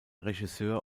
regisseur